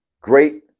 great